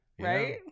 Right